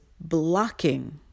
blocking